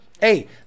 Hey